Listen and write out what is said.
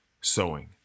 sewing